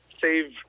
save